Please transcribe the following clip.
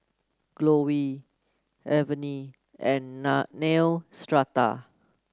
Growell Avene and Neostrata